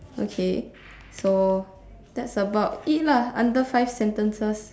okay so that's about it lah under five sentences